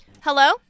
Hello